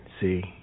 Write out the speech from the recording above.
see